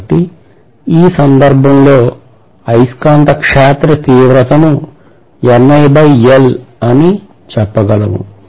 కాబట్టి ఈ సందర్భంలో అయస్కాంత క్షేత్ర తీవ్రత ని అని చెప్పగలం